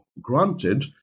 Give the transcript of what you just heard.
granted